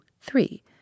three